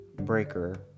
Breaker